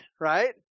right